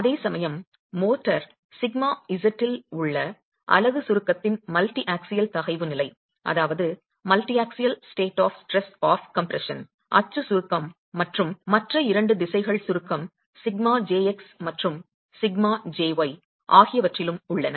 அதேசமயம் mortar σz இல் உள்ள அலகு சுருக்கத்தின் மல்டிஆக்சியல் தகைவு நிலை அச்சு சுருக்கம் மற்றும் மற்ற இரண்டு திசைகள் சுருக்கம் σjx மற்றும் σjy ஆகியவற்றிலும் உள்ளன